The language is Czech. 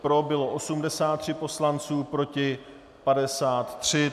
Pro bylo 83 poslanců , proti 53.